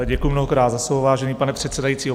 Děkuju mnohokrát za slovo, vážený pane předsedající.